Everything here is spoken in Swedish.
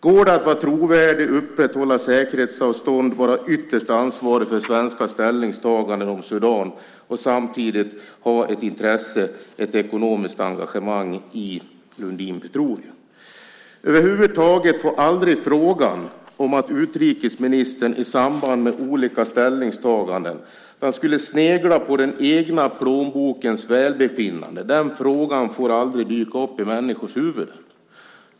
Går det att vara trovärdig, upprätthålla säkerhetsavstånd och vara ytterst ansvarig för svenska ställningstaganden om Sudan och samtidigt ha ett intresse, ett ekonomiskt engagemang, i Lundin Petroleum? Över huvud taget får aldrig frågan om att utrikesministern i samband med olika ställningstaganden sneglar på den egna plånbokens välbefinnande dyka upp i människors huvuden.